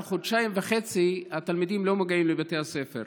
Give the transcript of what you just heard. חודשיים וחצי התלמידים לא מגיעים לבתי הספר.